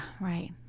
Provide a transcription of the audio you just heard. right